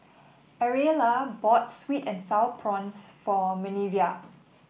Ariella bought sweet and sour prawns for Minervia